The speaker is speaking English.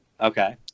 Okay